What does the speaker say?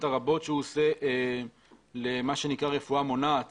הרבות שהוא עושה למה שנקרא רפואה מונעת